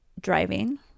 driving